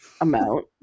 amount